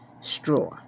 straw